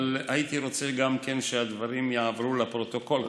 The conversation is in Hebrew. אבל הייתי רוצה גם כן שהדברים יעברו לפרוטוקול.